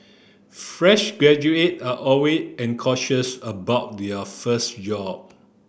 fresh graduate are always anxious about their first job